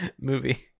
movie